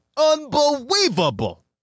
unbelievable